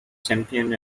champion